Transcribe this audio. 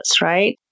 right